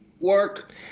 Work